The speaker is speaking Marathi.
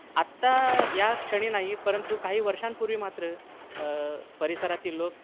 आत्ता या क्षणी नाही परंतु काही वर्षांपूर्वी मात्र परिसरातील लोक